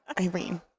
Irene